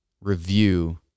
review